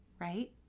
right